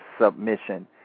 submission